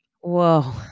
Whoa